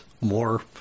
more